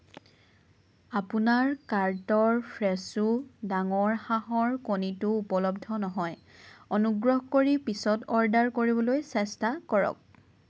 আপোনাৰ কাৰ্টৰ ফ্ৰেছো ডাঙৰ হাঁহৰ কণীটো উপলব্ধ নহয় অনুগ্ৰহ কৰি পিছত অৰ্ডাৰ কৰিবলৈ চেষ্টা কৰক